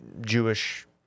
Jewish